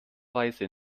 weise